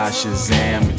Shazam